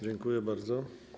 Dziękuję bardzo.